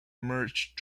merge